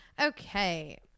Okay